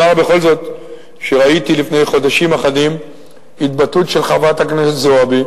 אומר בכל זאת שראיתי לפני חודשים אחדים התבטאות של חברת הכנסת זועבי,